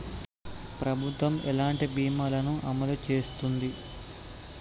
ప్రభుత్వం ఎలాంటి బీమా ల ను అమలు చేస్తుంది?